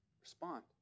Respond